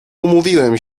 umówiłem